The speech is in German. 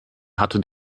hatte